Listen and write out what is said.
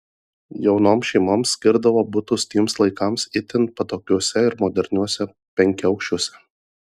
jaunoms šeimoms skirdavo butus tiems laikams itin patogiuose ir moderniuose penkiaaukščiuose